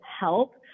help